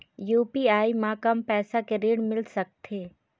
UPI म कम पैसा के ऋण मिल सकथे?